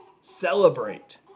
Celebrate